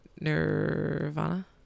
Nirvana